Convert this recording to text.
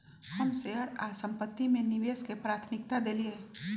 हम शेयर आऽ संपत्ति में निवेश के प्राथमिकता देलीयए